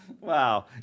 Wow